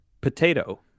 Potato